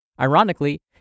Ironically